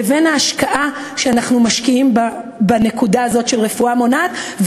לבין ההשקעה שאנחנו משקיעים בנקודה הזאת של רפואה מונעת,